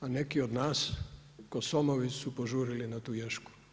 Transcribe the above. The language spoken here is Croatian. A neki od nas, kao somovi su požurili na tu ješku.